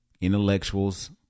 Intellectuals